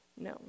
no